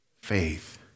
Faith